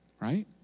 right